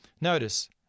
Notice